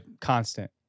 constant